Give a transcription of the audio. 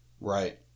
Right